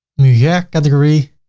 mujer ah category,